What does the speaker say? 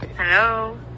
Hello